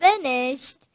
finished